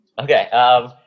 Okay